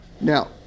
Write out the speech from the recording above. Now